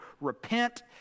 Repent